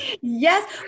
Yes